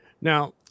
now